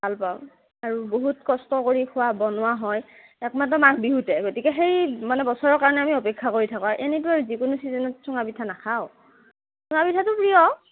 ভাল পাওঁ আৰু বহুত কষ্ট কৰি খোৱা বনোৱা হয় একমাত্ৰ মাঘ বিহুতে গতিকে সেই মানে বছৰৰ কাৰণে আমি অপেক্ষা কৰি থাকোঁ আৰু এনেইটো যিকোনো ছিজনত চুঙা পিঠা নাখাওঁ চুঙা পিঠাটো প্ৰিয়